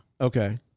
Okay